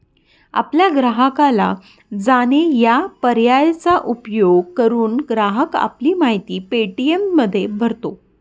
आपल्या ग्राहकाला जाणे या पर्यायाचा उपयोग करून, ग्राहक आपली माहिती पे.टी.एममध्ये भरतो